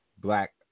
black